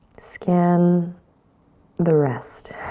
scan the rest.